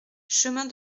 chemin